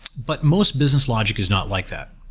but most business logic is not like that.